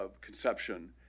conception